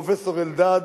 פרופסור אלדד,